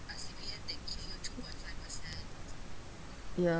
ya